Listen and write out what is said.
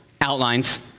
outlines